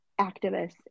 activists